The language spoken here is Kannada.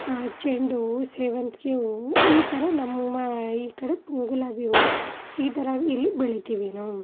ಚೆಂಡು ಹೂವು ಸೇವಂತಿಗೆ ಹೂವು ಈ ಥರ ನಮ್ಮ ಈ ಕಡೆ ಗುಲಾಬಿ ಹೂವು ಈ ಥರ ಇಲ್ಲಿ ಬೆಳೀತೀವಿ ನಾವು